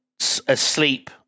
asleep